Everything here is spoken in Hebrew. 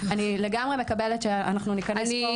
אני לגמרי מקבלת שאנחנו ניכנס פה באופן יותר